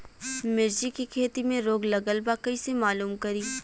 मिर्ची के खेती में रोग लगल बा कईसे मालूम करि?